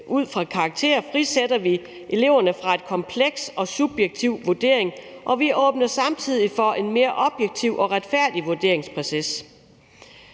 ud fra karakterer, frisætter vi eleverne fra en kompleks og subjektiv vurdering, og vi åbner samtidig for en mere objektiv og retfærdig vurderingsproces.